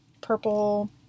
purple